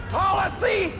policy